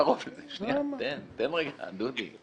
תן שנייה, דודי.